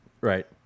Right